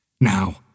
Now